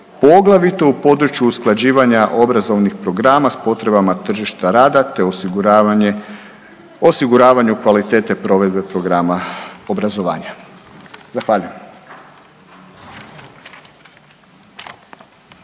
poglavito u području usklađivanja obrazovnih programa s potrebama tržišta rada te osiguravanje kvalitete provedbe programa obrazovanja. Zahvaljujem.